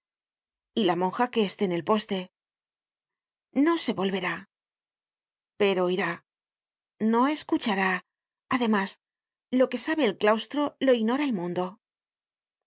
y la monja que esté en el poste no se volverá pero ojrá no escuchará además lo que sabe el claustro lo ignora el mundo